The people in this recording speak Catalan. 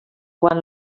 quan